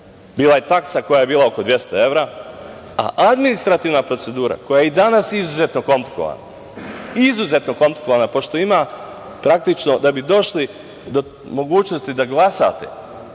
Bila je taksa koja je bila oko 200 evra, a administrativna procedura koja je i danas izuzetno komplikovana, pošto ima praktično da bi došli do mogućnosti da glasate,